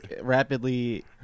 rapidly